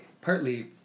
partly